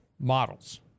models